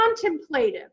contemplative